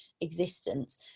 existence